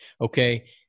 Okay